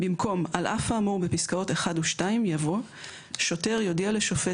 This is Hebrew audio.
במקום "על אף האמור בפסקאות (1) ו־(2)," יבוא "שוטר יודיע לשופט